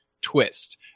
twist